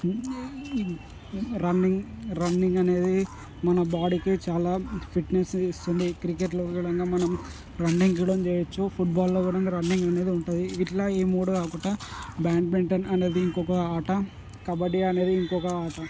running running అనేది మన బాడీకి చాలా ఫిట్నెస్ని ఇస్తుంది క్రికెట్లో ఉండడంగా మనం రన్నింగ్ కుడంగా చేయొచ్చు ఫుట్బాల్లో కూడా రన్నింగ్ అనేది ఉంటుంది ఇట్లా ఈ మూడు కాకుండా బ్యాడ్మింటన్ అనేది ఇంకొక ఆట కబడి అనేది ఇంకొక ఆట